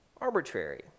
arbitrary